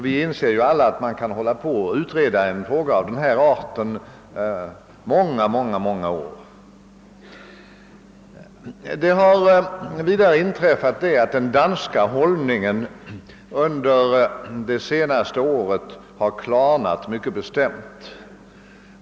Vi inser väl alla att man kan hålla på och utreda en fråga av den här arten under många, många år. Vidare har den danska hållningen under det senaste året klarnat väsentligt.